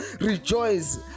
rejoice